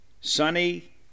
Sunny